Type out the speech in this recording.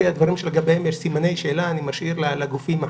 הדברים שלגביהם יש סימני שאלה אני משאיר לגופים החוקרים.